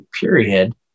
period